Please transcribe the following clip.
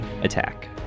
attack